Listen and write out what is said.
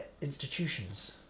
institutions